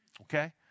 Okay